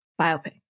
biopic